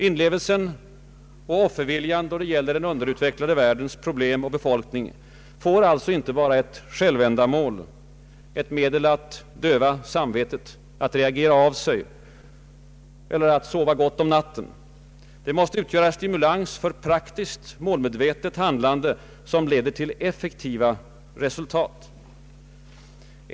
Inlevelsen och offerviljan då det gäller den underutvecklade världens problem och befolkning får alltså inte vara ett självändamål, ett medel att döva samvetet, att reagera av sig, eller att sova gott om natten; de måste utgöra stimulans för praktiskt, målmedvetet handlande som leder till effektiva resultat.